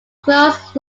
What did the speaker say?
closed